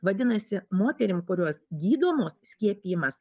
vadinasi moterim kurios gydomos skiepijimas